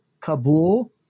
Kabul